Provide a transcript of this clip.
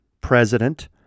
president